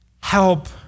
Help